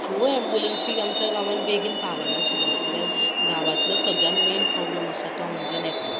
ह्यो अँबुलन्सी आमच्या गांवान बेगीन पावना कित्याक जाल्यार गांवातलो सगळ्यांत मेन प्रॉब्लेम आसा तो म्हणजे नेटवर्क